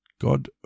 God